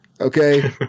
okay